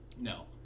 no